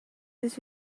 this